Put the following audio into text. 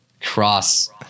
Cross